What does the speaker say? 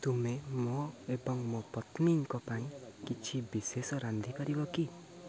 ତୁମେ ମୁଁ ଏବଂ ମୋ ପତ୍ନୀଙ୍କ ପାଇଁ କିଛି ବିଶେଷ ରାନ୍ଧି ପାରିବ କି